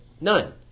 none